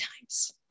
times